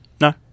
No